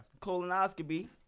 Colonoscopy